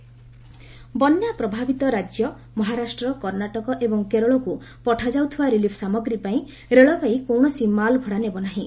flood relief railway ବନ୍ୟା ପ୍ରଭାବିତ ରାଜ୍ୟ ମହାରାଷ୍ଟ୍ର କର୍ଷ୍ଣାଟକ ଏବଂ କେରଳକୁ ପଠାଯାଉଥିବା ରିଲିଫ ସାମଗ୍ରୀ ପାଇଁ ରେଳବାଇ କୌଣସି ମାଲ ଭଡା ନେବ ନାହିଁ